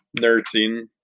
nursing